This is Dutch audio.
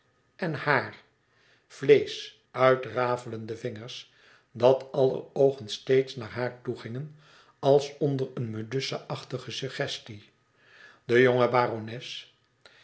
en hare vleesch uitrafelende vingers dat aller oogen steeds naar haar toegingen als onder een medusa achtige suggestie de jonge barones